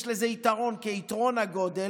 יש לזה יתרון כיתרון הגודל,